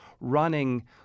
running